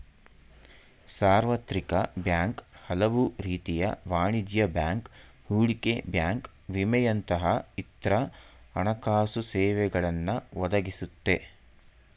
ಸಾರ್ವತ್ರಿಕ ಬ್ಯಾಂಕ್ ಹಲವುರೀತಿಯ ವಾಣಿಜ್ಯ ಬ್ಯಾಂಕ್, ಹೂಡಿಕೆ ಬ್ಯಾಂಕ್ ವಿಮೆಯಂತಹ ಇತ್ರ ಹಣಕಾಸುಸೇವೆಗಳನ್ನ ಒದಗಿಸುತ್ತೆ